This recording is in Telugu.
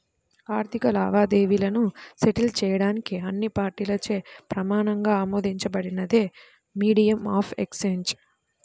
ఆర్థిక లావాదేవీలను సెటిల్ చేయడానికి అన్ని పార్టీలచే ప్రమాణంగా ఆమోదించబడినదే మీడియం ఆఫ్ ఎక్సేంజ్